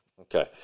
Okay